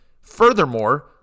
Furthermore